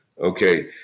Okay